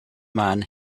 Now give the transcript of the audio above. man